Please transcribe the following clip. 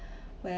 where